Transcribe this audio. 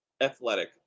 athletic